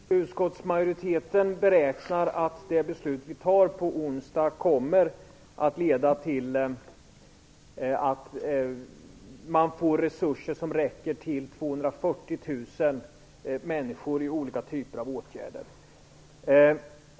Herr talman! Utskottsmajoriteten beräknar att det beslut som vi skall ta på onsdag kommer att leda till att man får resurser som räcker till 240 000 människor i olika typer av åtgärder.